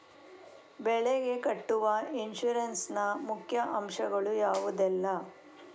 ಬೆಳೆಗೆ ಕಟ್ಟುವ ಇನ್ಸೂರೆನ್ಸ್ ನ ಮುಖ್ಯ ಅಂಶ ಗಳು ಯಾವುದೆಲ್ಲ?